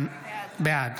בעד